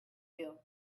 you